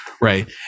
Right